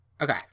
Okay